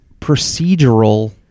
procedural